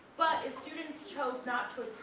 but if students chose not to